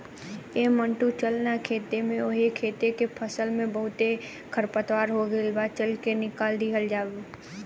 ऐ मंटू चल ना खेत में ओह खेत के फसल में बहुते खरपतवार हो गइल बा, चल के निकल दिहल जाव